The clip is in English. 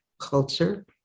Culture